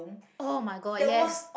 oh-my-god yes